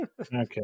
Okay